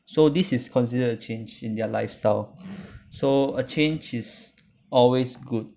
so this is considered a change in their lifestyle so a change is always good